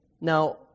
Now